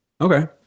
Okay